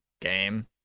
game